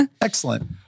Excellent